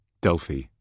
Delphi